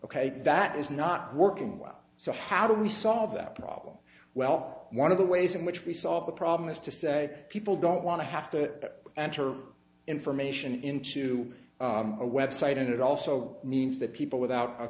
ok that is not working well so how do we solve that problem well one of the ways in which we solve the problem is to say people don't want to have to enter information into a website and it also means that people without